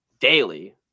daily